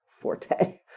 forte